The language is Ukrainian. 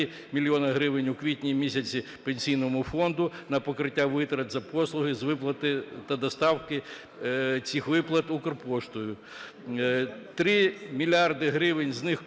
мільйони гривень у квітні місяці Пенсійному фонду на покриття витрат за послуги з виплати та доставки цих виплат "Укрпоштою"; 3 мільярди гривень, з них